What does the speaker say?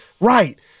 right